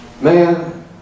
Man